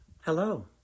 Hello